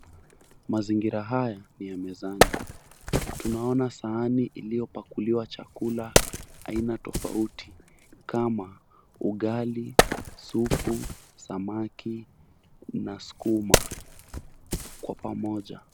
Mazingira haya ni ya mezani. Tunaona sahani iliyopakuliwa chakula aina tofauti kama, ugali, supu, samaki, na sukuma kwa pamoja.